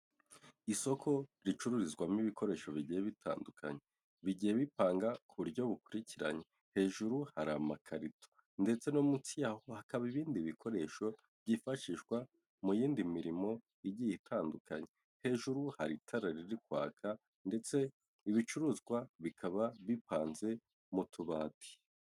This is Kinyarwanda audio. Isoko ricururizwamo ibikoresho bigiye bitandukanye bigiye bipanga ku buryo bukurikiranye hejuru hari amakarito ndetse no munsi yaho hakaba ibindi bikoresho byifashishwa mu yindi mirimo igiye itandukanye, hejuru hari itara riri kwaka ndetse ibicuruzwa bikaba bipanze mu tubati.